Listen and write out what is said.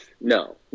No